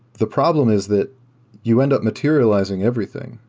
the problem is that you end up materializing everything.